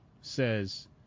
Says